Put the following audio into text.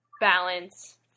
balance